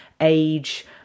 age